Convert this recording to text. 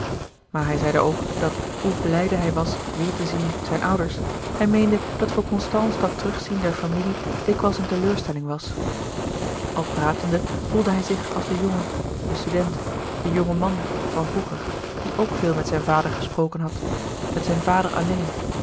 maar hij zeide ook dat hoe blijde hij was weêr te zien zijne ouders hij meende dat voor constance dat terugzien der familie dikwijls eene teleurstelling was al pratende voelde hij zich als de jongen de student de jonge man van vroeger die ook veel met zijn vader gesproken had met zijn vader alleen